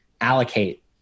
allocate